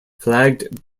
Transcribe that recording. flagged